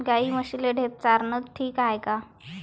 गाई म्हशीले ढेप चारनं ठीक हाये का?